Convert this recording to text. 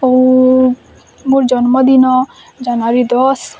ଆଉ ମୋର୍ ଜନ୍ମଦିନ ଜାନୁଆରୀ ଦଶ୍